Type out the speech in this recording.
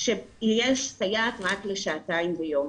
שיש סייעת רק לשעתיים ביום.